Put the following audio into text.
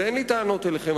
ואין לי טענות אליכם,